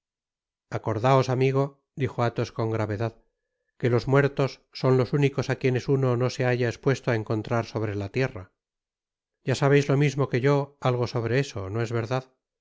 acordaos amigo dijo atbos con gravedad que los muertos son los únicos á quienes uno no se halla espuesto á encontrar sobre latierra ya sabeis lo mismo que yo algo sobre eso no es verdad